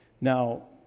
Now